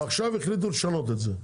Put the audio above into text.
ועכשיו החליטו לשנות את זה.